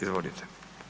Izvolite.